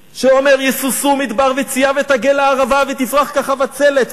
שאומרת: ישושום מדבר וצייה ותגל הערבה ותפרח כחבצלת,